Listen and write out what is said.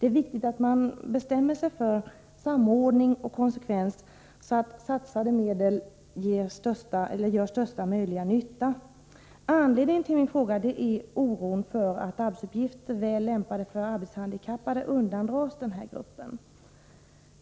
Man måste bestämma sig i fråga om samordning och konsekvens så att satsade medel gör största möjliga nytta. Anledningen till min fråga är oron för att arbetsuppgifter som är väl lämpade för arbetshandikappade undandras denna grupp.